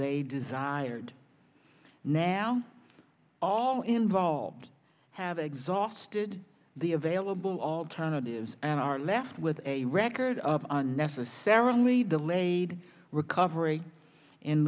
they desired now all involved have exhausted the available alternatives and are left with a record of unnecessarily the laid recovery in